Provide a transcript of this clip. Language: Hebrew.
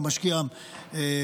הוא משקיע בפנסיה,